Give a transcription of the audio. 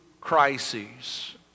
crisis